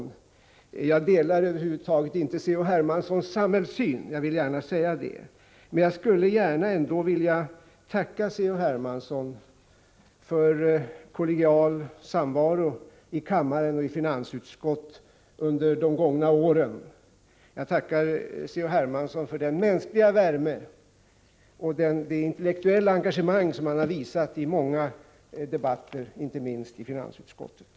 Jag vill säga att jag inte över huvud taget delar C.-H. Hermanssons samhällssyn, men jag skulle ändå gärna vilja tacka honom för kollegial samvaro i kammare och i finansutskott under de gångna åren. Jag tackar C.-H. Hermansson för den mänskliga värme och det intellektuella engagemang som han har visat i många debatter, inte minst i finansutskottet.